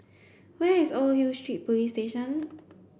where is Old Hill Street Police Station